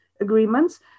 agreements